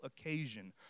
occasion